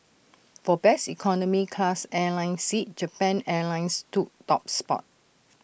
for best economy class airline seat Japan airlines took top spot